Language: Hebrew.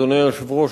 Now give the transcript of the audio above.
אדוני היושב-ראש,